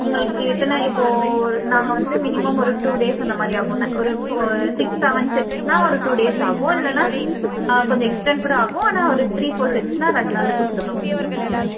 உங்களுக்கு எத்தனை இப்போ ஒரு நாங்கள் வந்து மினிமம் ஒரு டூ டேஸ் அந்த மாரி ஆகுன்ன ஒரு ஃபோ சிக்ஸ் செவன் செட்ஸ்ன்னா ஒரு டூ டேஸ் ஆகும் இல்லைன்னா கொஞ்சம் எக்ஸ்டென் கூட ஆகும் ஆனால் ஒரு த்ரீ ஃபோர் செட்ஸ்ன்னா ரெண்டு நாளில் கொடுத்துறோம் உங்கள்கிட்ட